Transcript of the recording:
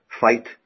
fight